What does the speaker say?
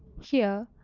here,